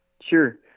Sure